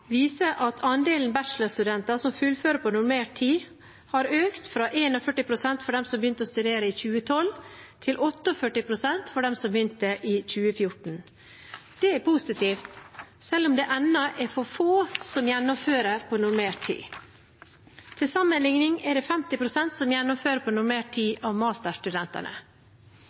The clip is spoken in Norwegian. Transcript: viser at andelen bachelorstudenter som fullfører på normert tid, har økt fra 41 pst. for dem som begynte å studere i 2012, til 48 pst. for dem som begynte i 2014. Det er positivt, selv om det ennå er for få som gjennomfører på normert tid. Til sammenlikning er det 50 pst. av masterstudentene som fullfører på normert tid.